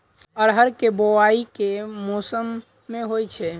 अरहर केँ बोवायी केँ मौसम मे होइ छैय?